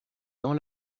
dans